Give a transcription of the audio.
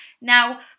Now